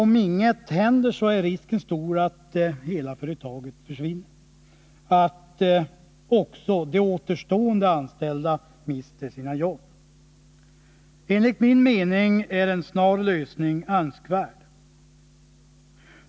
Om ingenting händer är risken stor att hela företaget försvinner — att också de återstående anställda mister sina jobb. Enligt min mening är en snar lösning önskvärd.